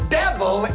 devil